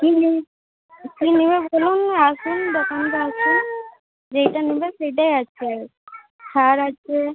কী নি কী নেবে বলুন আসুন দোকানকে আসুন যেইটা নেবে সেইটাই আছে ছাড় আছে